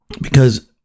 because-